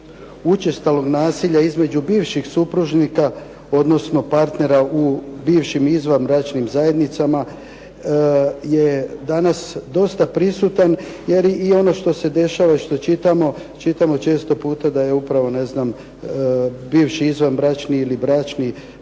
učestalog nasilja između bivših supružnika, odnosno partnera u bivšim izvanbračnim zajednicama je danas dosta prisutan jer i ono što se dešava i što čitamo, čitamo često puta da je upravo bivši izvanbračni ili bračni